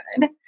good